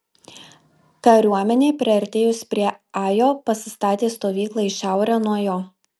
kariuomenė priartėjus prie ajo pasistatė stovyklą į šiaurę nuo jo